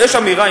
יש אמירה,